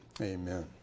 amen